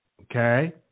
Okay